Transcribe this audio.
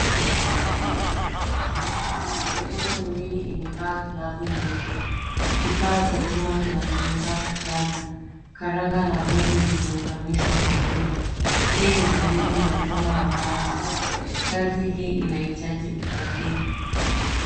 Bomba la blue limewekwa chini, mikono miwili imevaa glavu nyeupe, kifaa cha chuma kinatumika kukaza. Karanga na boli zimeunganishwa vizuri, hii ni sehemu ya mfumo wa maji, kazi hii inahitaji usahihi.